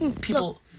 people